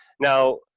now,